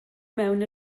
mewn